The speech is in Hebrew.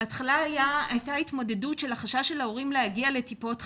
בהתחלה הייתה התמודדות מול חשש ההורים להגיע לטיפת החלב.